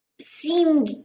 seemed